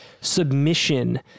submission